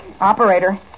Operator